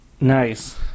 Nice